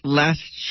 last